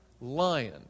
Lion